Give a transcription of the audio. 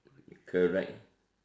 correct